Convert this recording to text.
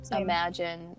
imagine